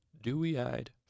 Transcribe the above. dewy-eyed